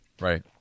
Right